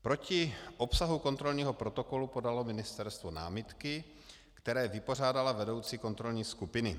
Proti obsahu kontrolního protokolu podalo ministerstvo námitky, které vypořádala vedoucí kontrolní skupiny.